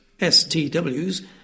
STWs